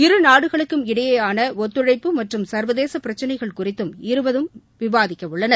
இருநாடுகளுக்கும் இடையேயான ஒத்துழைப்பு மற்றும் சர்வதேச பிரச்சினைகள் குறித்தும் இருவரும் விவாதிக்க உள்ளனர்